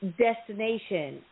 destination